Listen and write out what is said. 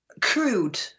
Crude